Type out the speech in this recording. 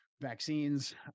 vaccines